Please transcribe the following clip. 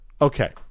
Okay